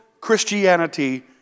Christianity